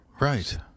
right